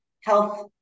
health